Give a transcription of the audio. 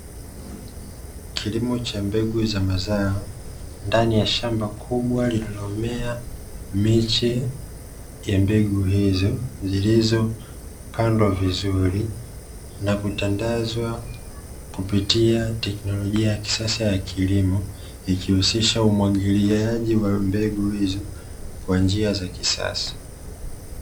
Kilimo cha mbegu za mazao ndani ya shamba kubwa lililomea miche ya mbegu hizo zilizopandwa vizuri na kutandazwa, kupitia teknolojia ya kisasa ya kilimo ikihusisha umwagiliaji wa mbegu hizo kwa njia ya kisasa.